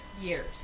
years